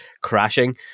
crashing